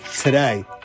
today